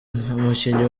umukinnyi